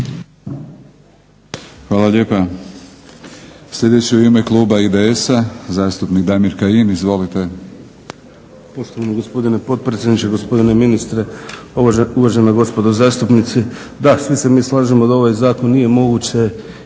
Hvala lijepa. Sljedeći u ime kluba IDS-a zastupnik Damir Kajin. Izvolite.